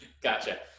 Gotcha